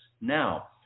Now